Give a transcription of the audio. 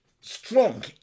strong